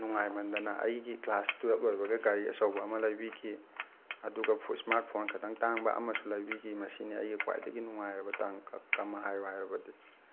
ꯅꯨꯡꯉꯥꯏꯃꯟꯗꯅ ꯑꯩꯒꯤ ꯀ꯭ꯂꯥꯁ ꯇꯨꯌꯦꯜꯕ ꯂꯣꯏꯕꯒ ꯒꯥꯔꯤ ꯑꯆꯧꯕ ꯑꯃ ꯂꯩꯕꯤꯈꯤ ꯑꯗꯨꯒ ꯏꯁꯃꯥꯔꯠ ꯐꯣꯟ ꯈꯤꯇꯪ ꯇꯥꯡꯕ ꯑꯃꯁꯨ ꯂꯩꯕꯤꯈꯤ ꯃꯁꯤꯅꯤ ꯑꯩꯒꯤ ꯈ꯭ꯋꯥꯏꯗꯒꯤ ꯅꯨꯡꯉꯥꯏꯔꯕ ꯇꯥꯡꯀꯛ ꯑꯃ ꯍꯥꯏꯌꯨ ꯍꯥꯏꯔꯕꯗꯤ